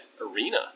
arena